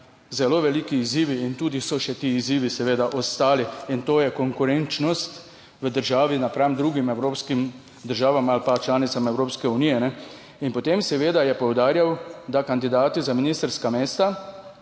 zelo veliki izzivi in tudi so še ti izzivi seveda ostali in to je konkurenčnost v državi napram drugim evropskim državam ali pa članicam Evropske unije. In potem seveda je poudarjal, da kandidati za ministrska mesta